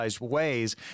Ways